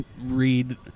read